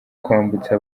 kwambutsa